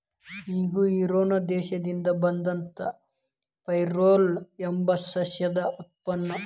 ಇಂಗು ಇರಾನ್ ದೇಶದಿಂದ ಬಂದಂತಾ ಫೆರುಲಾ ಎಂಬ ಸಸ್ಯದ ಉತ್ಪನ್ನ